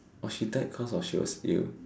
oh she died cause of she was ill